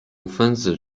分子